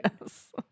Yes